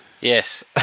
Yes